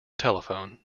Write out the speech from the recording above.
telephone